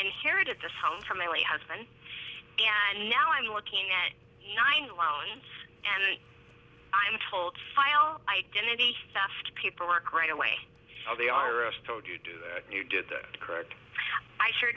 inherited this home from my late husband and now i'm looking at nine pounds and i'm told file identity theft paperwork right away or they are us told you do you do it or could i sure